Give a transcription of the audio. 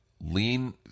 Lean